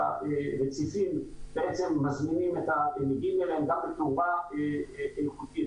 שהרציפים בעצם מגיעים אליהם גם --- איכותית.